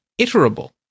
iterable